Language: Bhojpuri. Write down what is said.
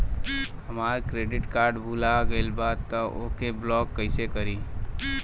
हमार क्रेडिट कार्ड भुला गएल बा त ओके ब्लॉक कइसे करवाई?